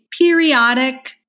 periodic